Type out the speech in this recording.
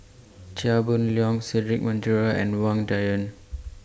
Chia Boon Leong Cedric Monteiro and Wang Dayuan